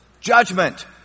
Judgment